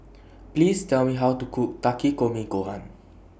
Please Tell Me How to Cook Takikomi Gohan